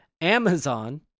amazon